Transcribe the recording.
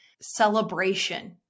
celebration